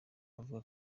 avuga